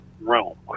realm